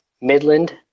midland